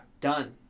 done